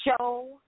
show